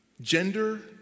Gender